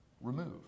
remove